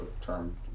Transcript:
term